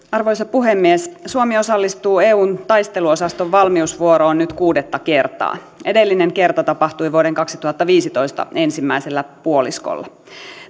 arvoisa puhemies suomi osallistuu eun taisteluosaston valmiusvuoroon nyt kuudetta kertaa edellinen kerta tapahtui vuoden kaksituhattaviisitoista ensimmäisellä puoliskolla